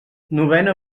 novena